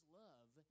love